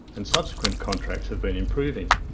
and subsequent contracts have been improving.